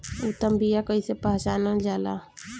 उत्तम बीया कईसे पहचानल जाला?